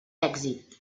èxit